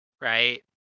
right